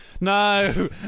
no